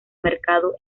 mercado